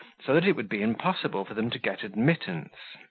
so that it would be impossible for them to get admittance.